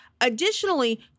Additionally